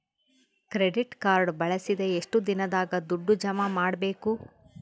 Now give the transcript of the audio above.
Credit card ಬಳಸಿದ ಎಷ್ಟು ದಿನದಾಗ ದುಡ್ಡು ಜಮಾ ಮಾಡ್ಬೇಕು?